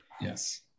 Yes